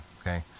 okay